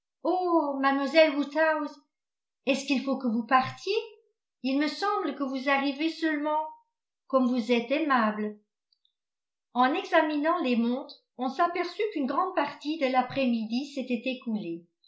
oh mlle woodhouse est-ce qu'il faut que vous partiez il me semble que vous arrivez seulement comme vous êtes aimable en examinant les montres on s'aperçut qu'une grande partie de l'après-midi s'était écoulée